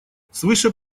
свыше